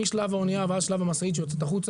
משלב האנייה ועד שלב המשאית שיוצאת החוצה.